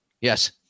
Yes